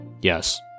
Yes